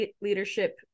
leadership